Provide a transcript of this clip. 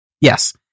Yes